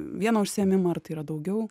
vieną užsiėmimą ar tai yra daugiau